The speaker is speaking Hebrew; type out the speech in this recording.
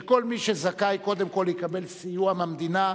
שכל מי שזכאי קודם כול יקבל סיוע מהמדינה,